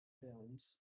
films